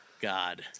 god